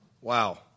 wow